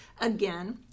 again